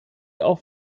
auf